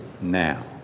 now